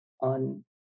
on